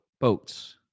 boats